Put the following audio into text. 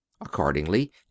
Accordingly